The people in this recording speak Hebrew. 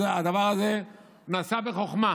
אז הדבר הזה נעשה בחכמה.